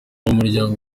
umuryango